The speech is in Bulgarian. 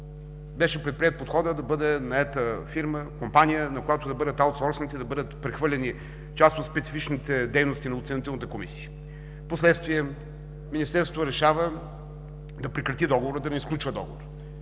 беше възприет подходът да бъде наета фирма, компания, на която да бъдат аутсорсвани, прехвърлени част от специфичните дейности на оценителната комисия. Впоследствие Министерството решава да прекрати договора и да не сключва договор.